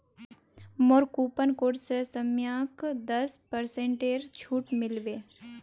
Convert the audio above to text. मोर coupon code स सौम्यक दस पेरसेंटेर छूट मिल बे